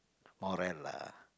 morale lah